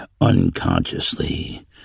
unconsciously